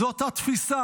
זו אותה תפיסה,